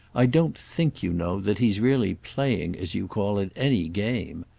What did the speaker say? i don't think, you know, that he's really playing, as you call it, any game.